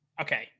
okay